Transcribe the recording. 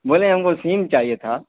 بولیں ہم کو سیم چاہیے تھا